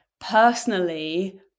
personally